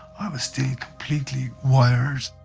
i was still completely wired.